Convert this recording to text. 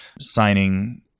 signing